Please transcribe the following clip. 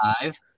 five